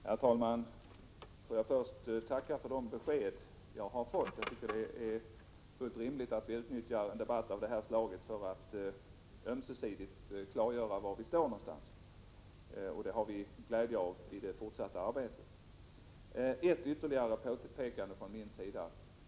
Herr talman! Får jag först tacka för de besked som jag har fått. Jag tycker att det är fullt rimligt att vi utnyttjar debatter av det här slaget för att ömsesidigt klargöra var vi står någonstans. Detta har vi glädje av i det fortsatta arbetet. Jag vill göra ytterligare ett påpekande.